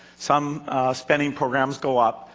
some spending programs go up,